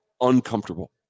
uncomfortable